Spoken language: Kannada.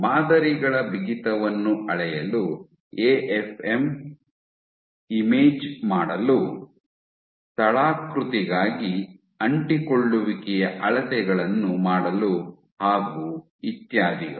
ಮಾದರಿಗಳ ಬಿಗಿತವನ್ನು ಅಳೆಯಲು ಎಎಫ್ಎಂ ಇಮೇಜ್ ಮಾಡಲು ಸ್ಥಳಾಕೃತಿಗಾಗಿ ಅಂಟಿಕೊಳ್ಳುವಿಕೆಯ ಅಳತೆಗಳನ್ನು ಮಾಡಲು ಹಾಗು ಇತ್ಯಾದಿಗಳು